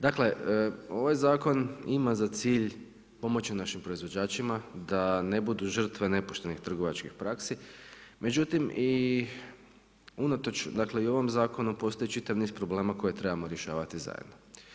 Dakle, ovaj zakon ima za cilj pomoći našim proizvođačima da ne budu žrtve nepoštenih trgovačkih praksi, međutim i unatoč dakle, ovom zakonu postoje čitav niz problema koje trebamo rješavati zajedno.